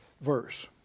verse